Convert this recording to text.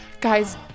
Guys